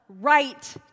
right